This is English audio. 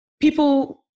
people